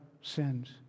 sins